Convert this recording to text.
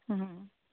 হুম